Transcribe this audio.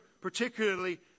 particularly